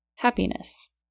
Happiness